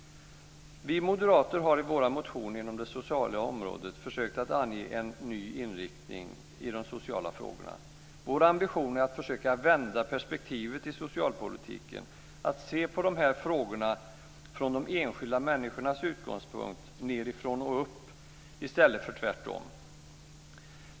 Vi moderater har i våra motioner inom det sociala området försökt att ange en ny inriktning. Vår ambition är att försöka vända perspektivet i socialpolitiken, att se på dessa frågor från de enskilda människornas utgångspunkt, nerifrån och upp i stället för tvärtom.